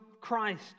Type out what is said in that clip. Christ